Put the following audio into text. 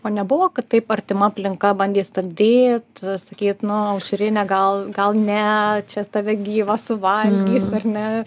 o nebuvo kad taip artima aplinka bandė stabdyt sakyt nu aušrine gal gal ne čia tave gyvą suvalgys ar ne